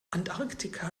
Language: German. antarktika